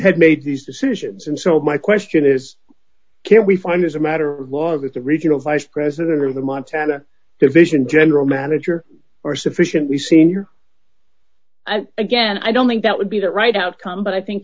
had made these decisions and so my question is can we find as a matter of law that the regional vice president or the montana division general manager or sufficiently senior again i don't think that would be the right outcome but i think